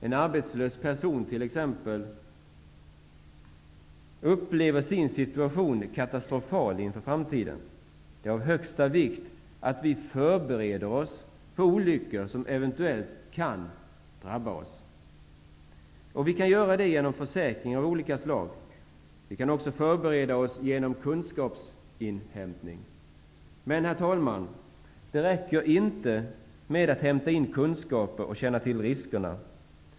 En arbetslös person upplever sin situation som katastrofal inför framtiden. Det är av största vikt att vi förbereder oss för olyckor som kan drabba oss. Vi kan göra det genom försäkringar av olika slag. Vi kan också förbereda oss genom kunskapsinhämtning. Men, herr talman, det räcker inte att hämta in kunskaper och känna till riskerna.